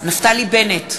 נפתלי בנט,